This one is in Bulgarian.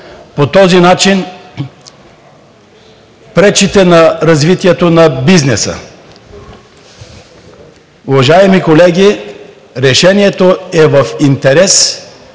по този начин пречите на развитието на бизнеса. Уважаеми колеги, решението е в интерес